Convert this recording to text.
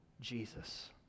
Jesus